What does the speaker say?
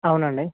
అవునండి